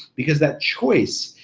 because that choice,